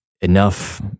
enough